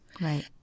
Right